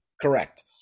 Correct